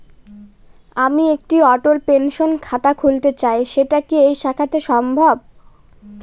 আমি একটি অটল পেনশন খাতা খুলতে চাই সেটা কি এই শাখাতে সম্ভব?